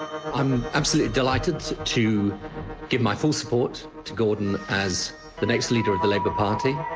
i'm absolutely delighted to give my full support to gordon as the next leader of the labour party,